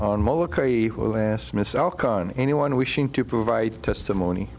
on anyone wishing to provide testimony